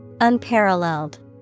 Unparalleled